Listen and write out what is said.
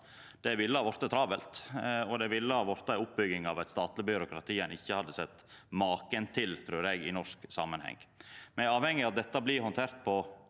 Det ville ha blitt travelt, og det ville ha blitt ei oppbygging av eit statleg byråkrati ein ikkje hadde sett maken til – trur eg – i norsk samanheng. Me er avhengige av at dette blir handtert på